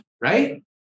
right